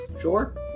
sure